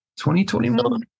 2021